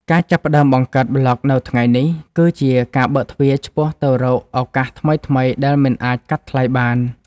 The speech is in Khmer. ការចាប់ផ្ដើមបង្កើតប្លក់នៅថ្ងៃនេះ គឺជាការបើកទ្វារឆ្ពោះទៅរកឱកាសថ្មីៗដែលមិនអាចកាត់ថ្លៃបាន។